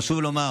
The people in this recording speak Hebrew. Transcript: חשוב לומר